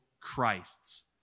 Christs